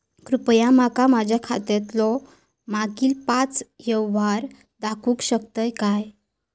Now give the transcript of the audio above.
कृपया माका माझ्या खात्यातलो मागील पाच यव्हहार दाखवु शकतय काय?